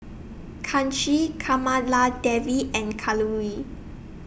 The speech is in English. Kanshi Kamaladevi and Kalluri